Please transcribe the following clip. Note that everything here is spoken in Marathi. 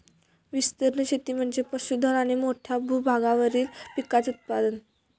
विस्तीर्ण शेती म्हणजे पशुधन आणि मोठ्या भूभागावरील पिकांचे उत्पादन